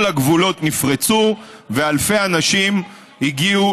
כל הגבולות נפרצו ואלפי אנשים הגיעו